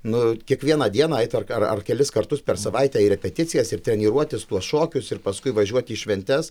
nu kiekvieną dieną eit ar ar kelis kartus per savaitę į repeticijas ir treniruotis tuos šokius ir paskui važiuoti į šventes